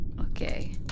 Okay